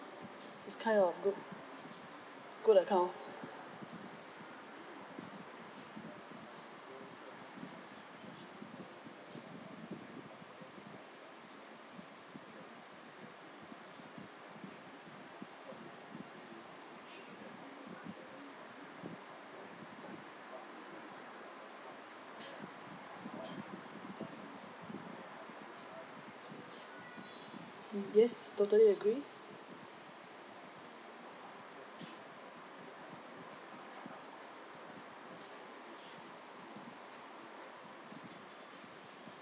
this kind of good good account in this totally agree